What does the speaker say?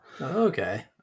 Okay